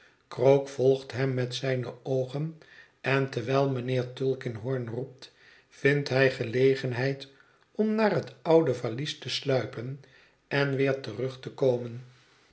krook volgt hem met zijne oogen en terwijl mijnheer tulkinghorn roept vindt hij gelegenheid om naar het oude valies te sluipen en weer terug te komen